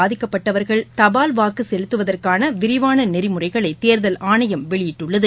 பாதிக்கப்பட்டவர்கள் தபால்வாக்குசெலுத்துவதற்கானவிரிவானநெறிமுறைகளைதேர்தல் ஆணையம் வெளியிட்டுள்ளது